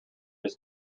his